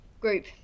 Group